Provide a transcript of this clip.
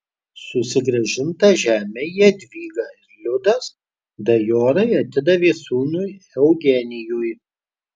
susigrąžintą žemę jadvyga ir liudas dajorai atidavė sūnui eugenijui